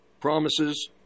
promises